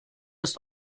ist